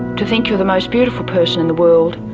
to think you're the most beautiful person in the world,